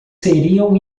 seriam